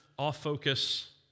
off-focus